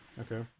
Okay